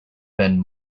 been